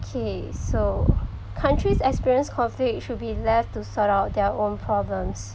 okay so countries experience conflict should be left to sort out their own problems